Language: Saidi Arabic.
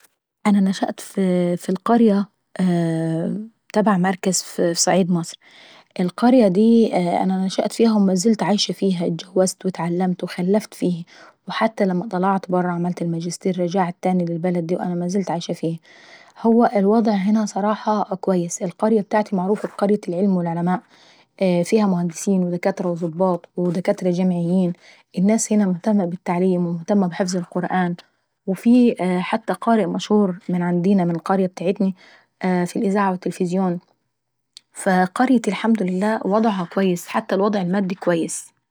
انا نشأت ف في القرية تبع مركز في صعيد مصر. القرية داي انا ما زلت عايشة فيها اتعلمت واتجوزت وخلفت فيهي. حتى لما طلعت برة عملت الماجستير رجعت تاني وعشت فيهي. والوضع هنا صراحة اكويس، القرية ابتاعتي معروفة بقرية العلم والعلماء فيها دكاترة وظباط ومهندسين ودكاترة جامعيين، الناس هنا مهتمة بالتعليم ومهتمة بحفظ القرآن. وفي حتى قاريء مشهور من عندينا من القرية ابتعتني في الاذاعة والتليفزيون فقريتي الحمد لله وضعه اكويس حتى الوضع المادي اكويس.